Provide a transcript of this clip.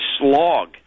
slog